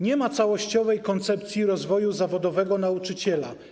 Nie ma całościowej koncepcji rozwoju zawodowego nauczyciela.